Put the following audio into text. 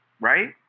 right